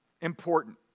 important